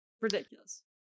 Ridiculous